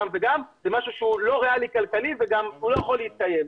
זה משהו שהוא לא ריאלי כלכלית והוא גם לא יכול להתקיים.